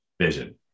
vision